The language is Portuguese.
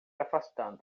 afastando